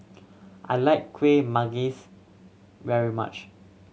I like Kuih Manggis very much